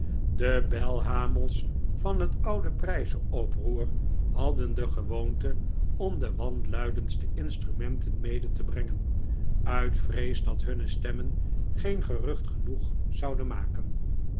de belhamels van het p oproer hadden de gewoonte om de wanluidendste instrumenten mede te brengen uit vrees dat hunne stemmen geen gerucht genoeg zouden maken